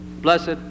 blessed